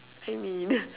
I mean